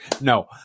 No